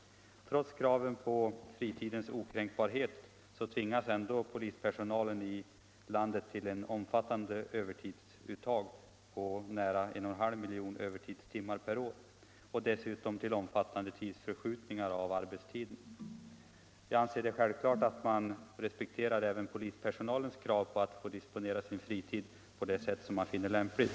Trots kravet på fritidens okränkbarhet tvingas ändå polispersonalen i landet till ett övertidsuttag på nära 1,5 milj. övertidstimmar per år och dessutom till omfattande tidsförskjutningar av arbetstiden. Jag anser det självklart att man skall respektera även polispersonalens Nr 22 krav på att få disponera sin fritid på det sätt den själv finner lämpligt.